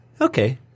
okay